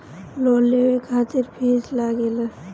Loan लेवे खातिर fees लागेला?